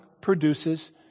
produces